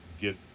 get